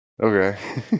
Okay